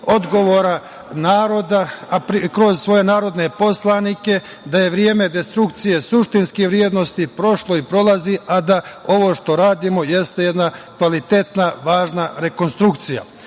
odgovora naroda kroz svoje narodne poslanike da je vreme destrukcije suštinske vrednosti prošlo i prolazi, a da ovo što radimo jeste jedna kvalitetna, važna rekonstrukcija,